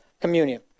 communion